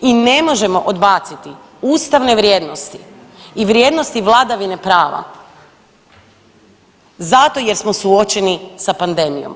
I ne možemo odbaciti ustavne vrijednosti i vrijednosti vladavine prava zato jer smo suočeni sa pandemijom.